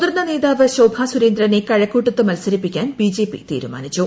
മുതിർന്ന നേതാവ് ശോഭ സുരേന്ദ്രനെ കഴക്കൂട്ടത്ത് മത്സരിപ്പിക്കാൻ ബിജെപി തീരുമാനിച്ചു